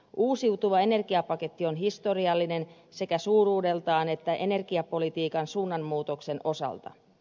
uusiutuva energiapaketti on historiallinen sekä suuruudeltaan että energiapolitiikan suunnanmuutoksen osalta